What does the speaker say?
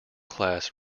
class